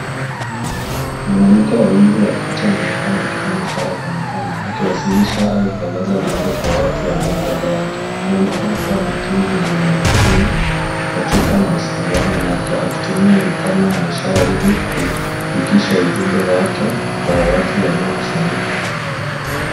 Mwanamke wa umri wa kati anaonekana akifanya ishara kwa mkono, akiwasilisha kueleza jambo kwa watu walio mbele yake. Anaonekana kuwa makini na mwenye umakini katika mawasiliano yake akitumia mikono na ishara ilikufikisha ujumbe wake kwa watu waliokusanyika.